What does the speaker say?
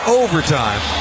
overtime